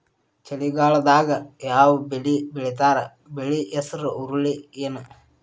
ಚಳಿಗಾಲದಾಗ್ ಯಾವ್ ಬೆಳಿ ಬೆಳಿತಾರ, ಬೆಳಿ ಹೆಸರು ಹುರುಳಿ ಏನ್?